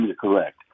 correct